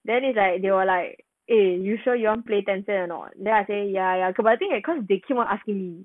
then it's like they were like eh you sure you want play ten cent or not then I say ya ya cause I think cause they keep on asking me